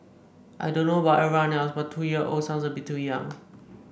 I don't know about everyone else but two year old sounds a bit too young